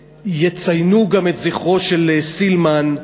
ויציינו גם את זכרו של סילמן,